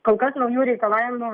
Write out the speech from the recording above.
kol kas naujų reikalavimų